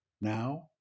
Now